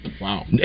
Wow